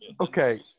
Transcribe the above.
Okay